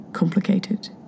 complicated